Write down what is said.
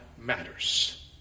matters